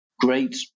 great